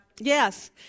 Yes